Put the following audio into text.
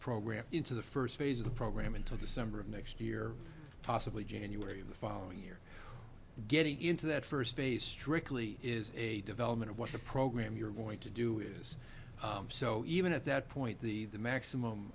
program into the first phase of the program until december of next year possibly january of the following year getting into that first phase strickly is a development of what the program you're going to do is so even at that point the the maximum